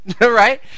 Right